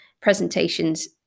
presentations